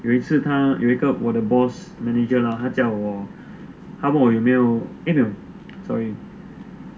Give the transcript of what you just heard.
有一次他有一个我的 boss manager ah eh 没有 sorry 那个 colleague 那个我不喜欢的 colleague